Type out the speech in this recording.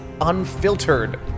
unfiltered